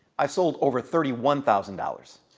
i've sold over thirty one thousand dollars.